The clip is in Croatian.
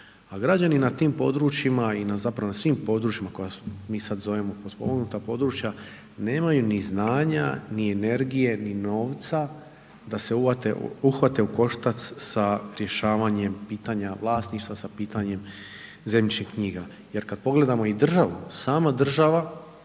gađani na tim područjima i na zapravo na svim područjima koja mi sad zovemo potpomognuta područja nemaju ni znanja ni energije ni novca da se uhvate u koštac sa rješavanjem pitanja vlasništva sa pitanjem zemljišnih knjiga.